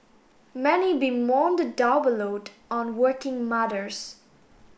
many bemoan the double load on working mothers